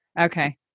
Okay